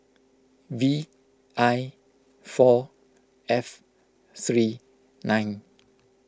V I four F three nine